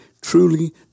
truly